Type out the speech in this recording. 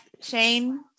Shane